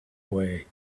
way